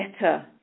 better